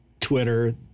Twitter